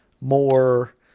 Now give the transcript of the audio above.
more